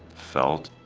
felt.